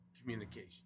communication